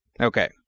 Okay